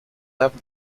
left